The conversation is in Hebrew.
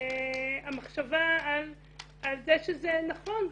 המחשבה על זה שזה נכון,